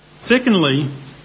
Secondly